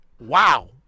Wow